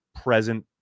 present